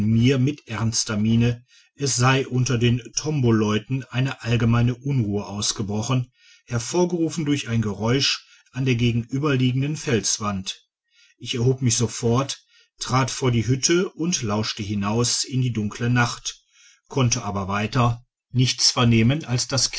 mir mit ernsten mienen es sei unter den tombolevten eine allgemeine unruhe ausgebrochen hervorgerufen durch ein geräusch an der gegenüberliegenden felswand ich erhob mich sofort trat vor die hütte und lauschte hinaus in die dunkle nacht konnte aber weiter digitized by google nichts vernehmen als das